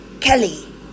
Kelly